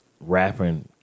rapping